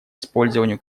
использованию